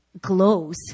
glows